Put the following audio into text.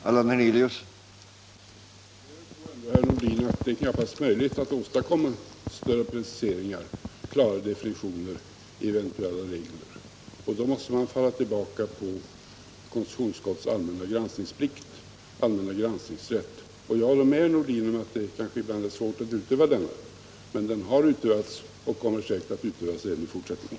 Herr talman! Det är väl ändå, herr Nordin, knappast möjligt att åstadkomma större preciseringar och klara definitioner i eventuella regler. Då måste man falla tillbaka på konstitutionsutskottets allmänna granskningsplikt och granskningsrätt. Jag håller med herr Nordin om att det ibland kan vara svårt att utöva denna rätt, men den har utövats och den kommer säkert att utövas även i fortsättningen.